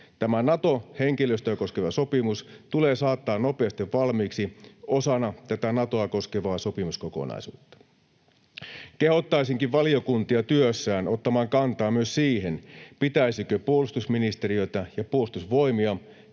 Tämä Naton henkilöstöä koskeva sopimus tulee saattaa nopeasti valmiiksi osana tätä Natoa koskevaa sopimuskokonaisuutta. Kehottaisinkin valiokuntia työssään ottamaan kantaa myös siihen, pitäisikö puolustusministeriötä ja Puolustusvoimia